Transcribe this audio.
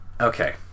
Okay